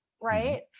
right